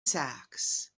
sacks